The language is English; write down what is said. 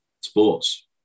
sports